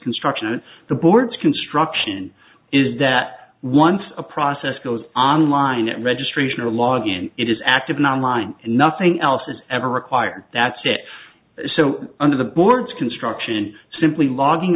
construction and the board's construction is that once a process goes online at registration or logon it is active in on line and nothing else is ever required that's it so under the board's construction simply logging